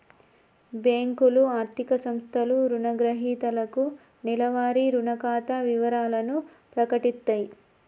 బ్యేంకులు, ఆర్థిక సంస్థలు రుణగ్రహీతలకు నెలవారీ రుణ ఖాతా వివరాలను ప్రకటిత్తయి